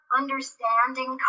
understanding